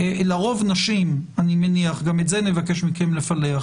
לרוב נשים אני מניח, גם את זה נבקש מכם לפלח